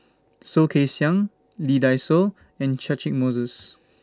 Soh Kay Siang Lee Dai Soh and Catchick Moses